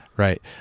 right